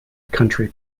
country